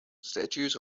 statutes